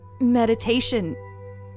meditation